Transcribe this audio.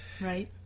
Right